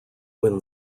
win